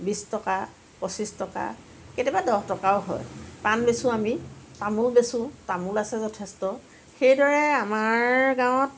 বিছ টকা পঁচিছ টকা কেতিয়াবা দহ টকাও হয় পান বেচোঁ আমি তামোল বেচোঁ তামোলো আছে যথেষ্ট সেইদৰে আমাৰ গাঁৱত